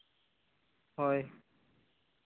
ᱦᱳᱭ